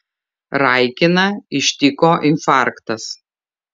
raikiną ištiko infarktas